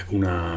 una